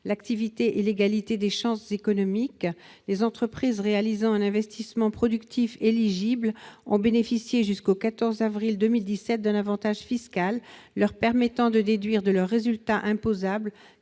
l'activité et l'égalité des chances économiques, les entreprises réalisant un investissement productif éligible ont bénéficié jusqu'au 14 avril 2017 d'un avantage fiscal leur permettant de déduire de leur résultat imposable